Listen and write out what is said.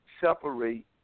separate